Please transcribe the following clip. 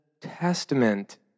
Testament